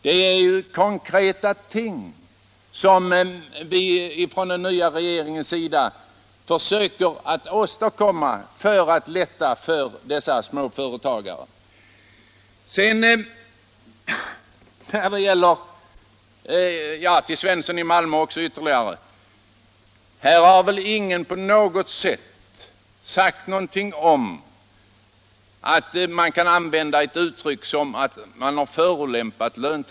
Det är ju konkreta ting, som man från den nya regeringens sida försöker åstadkomma för att underlätta för dessa småföretagare. Till herr Svensson i Malmö vill jag säga ytterligare att här har väl ingen yttrat någonting som gör att man kan använda ett sådant uttryck som att löntagarna har förolämpats.